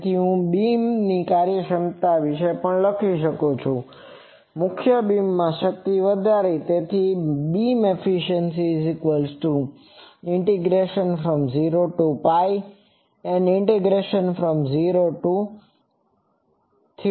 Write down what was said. તેથી હું બીમ ની કાર્યક્ષમતા પણ લખી શકું છું જે મુખ્ય બીમ માં શક્તિ હશે